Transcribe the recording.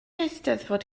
eisteddfod